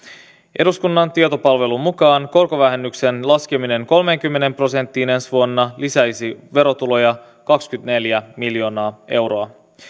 eduskunnan tietopalvelun mukaan korkovähennyksen laskeminen kolmeenkymmeneen prosenttiin ensi vuonna lisäisi verotuloja kaksikymmentäneljä miljoonaa euroa